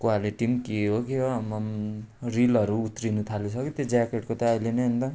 quality पनि के हो के हो आम्माम रिलहरू उत्रिनु थालिसक्यो त्यो ज्याकेटको त अहिल्यै नि अन्त